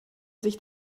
sich